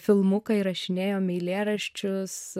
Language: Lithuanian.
filmuką įrašinėjom eilėraščius